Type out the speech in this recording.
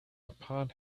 upon